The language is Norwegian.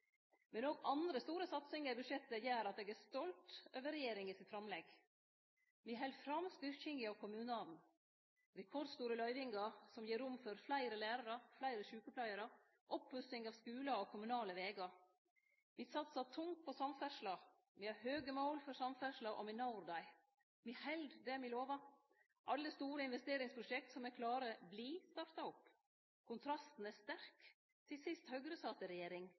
Men òg andre store satsingar i budsjettet gjer at eg er stolt over regjeringa sitt framlegg. Me held fram styrkinga av kommunane – rekordstore løyvingar som gir rom for fleire lærarar, fleire sjukepleiarar, oppussing av skular og kommunale vegar. Me satsar tungt på samferdsle, me har høge mål for samferdsla, og me når dei. Me held det me lova. Alle store investeringsprosjekt som er klare, vert starta opp. Kontrasten er sterk til sist Høgre satt i regjering.